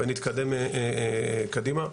ונתקדם קדימה.